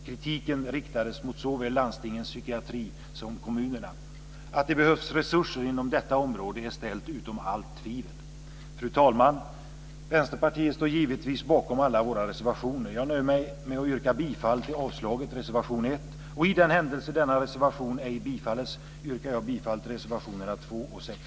Kritiken riktades mot såväl landstingens psykiatri som kommunerna. Att det behövs resurser inom detta område är ställt utom allt tvivel. Fru talman! Vi i Vänsterpartiet står givetvis bakom alla våra reservationer. Jag nöjer mig med att yrka bifall till avslagsyrkandet i reservation 1, och i den händelse denna reservation ej bifalles yrkar jag bifall till reservationerna 2 och 6.